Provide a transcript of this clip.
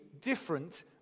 different